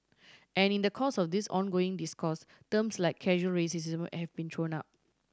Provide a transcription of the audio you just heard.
and in the course of this ongoing discourse terms like casual racism have been thrown up